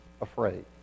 afraid